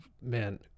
man